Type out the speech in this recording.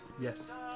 Yes